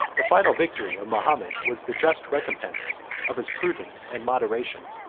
the final victory of mahomet was the just recompense of his prudence and moderation.